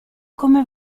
come